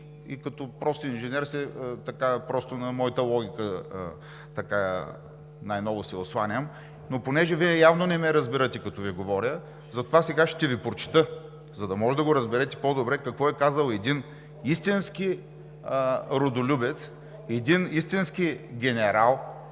си. Като прост инженер на моята логика най-много се осланям. Но понеже Вие явно не ме разбирате, като Ви говоря, затова сега ще Ви прочета, за да можете да го разберете по-добре какво е казал един истински родолюбец, един истински генерал,